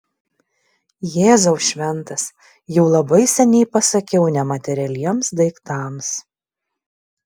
jėzau šventas jau labai seniai pasakiau ne materialiems daiktams